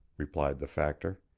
replied the factor.